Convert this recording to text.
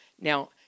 now